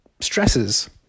stresses